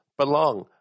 Belong